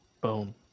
boom